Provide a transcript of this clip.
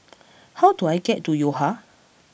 how do I get to Yo Ha